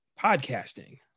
podcasting